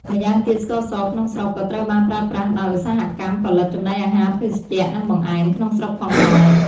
ម្យ៉ាងទៀតស្ករសក្នុងស្រុកក៏ត្រូវបានប្រើប្រាស់ដោយ ឧស្សាហកម្មផលិតចំណីអាហារ ភេសជ្ជៈ និងបង្អែម ក្នុងស្រុកផងដែរ។